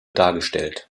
dargestellt